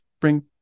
bring